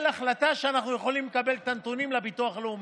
החלטה שאנחנו יכולים לקבל את הנתונים לביטוח הלאומי,